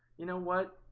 you know what?